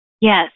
Yes